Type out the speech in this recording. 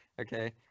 Okay